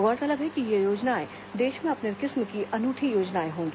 गौरतलब है कि ये योजनाएं देश में अपने किस्म की अनूठी योजनाएं होंगी